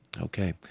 Okay